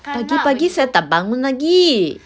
pagi-pagi saya tak bangun lagi